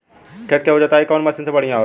खेत के जोतईला कवन मसीन बढ़ियां होला?